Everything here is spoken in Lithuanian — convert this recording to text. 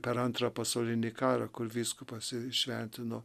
per antrą pasaulinį karą kur vyskupas įšventino